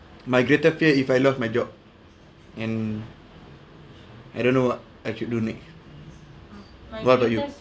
my greatest fear if I lost my job and I don't know I should donate what about you